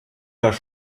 das